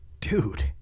Dude